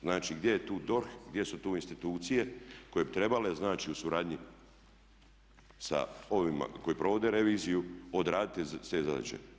Znači gdje je tu DORH, gdje su tu institucije koje bi trebale znači u suradnji sa ovima koji provode reviziju odraditi sve zadaće.